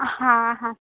हां हां